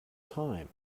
time